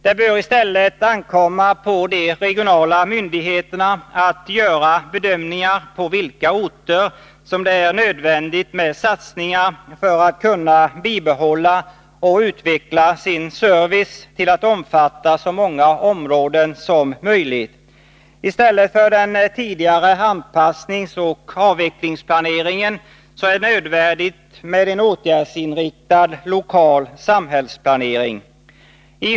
Det bör i stället ankomma på de regionala myndigheterna att göra bedömningar av på vilka orter som det är nödvändigt med satsningar för att orterna skall kunna bibehålla sin service och utveckla den till att omfatta så många områden som möjligt. I stället för den tidigare anpassningsoch avvecklingsplaneringen är det nödvändigt med en åtgärdsinriktad lokal samhällsplanering.